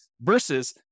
versus